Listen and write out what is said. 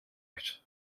art